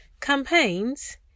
campaigns